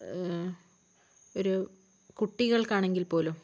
ഒരു കുട്ടികൾക്കാണെങ്കിൽ പോലും